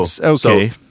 okay